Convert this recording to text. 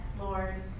Lord